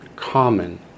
Common